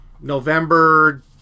november